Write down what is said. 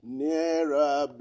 nearer